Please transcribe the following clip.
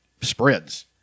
spreads